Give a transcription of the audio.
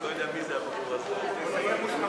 הנדסאים מוסמכים.